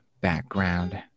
background